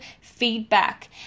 feedback